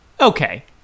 Okay